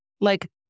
Like-